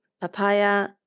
papaya